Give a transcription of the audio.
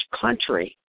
country